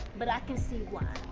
but i can see why.